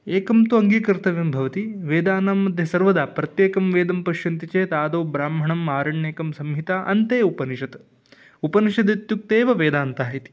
एकं तु अङ्गीकर्तव्यं भवति वेदानां मध्ये सर्वदा प्रत्येकं वेदं पश्यन्ति चेत् आदौ ब्राम्हणम् आरण्यकं संहिता अन्ते उपनिषत् उपनिषदित्युक्ते एव वेदान्तः इति